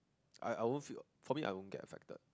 I I won't feel probably I won't get affected